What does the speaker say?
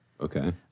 Okay